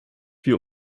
wir